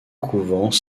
couvents